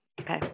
Okay